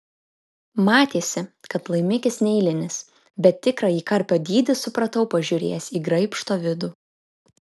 matėsi kad laimikis neeilinis bet tikrąjį karpio dydį supratau pažiūrėjęs į graibšto vidų